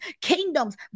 kingdoms